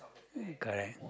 uh correct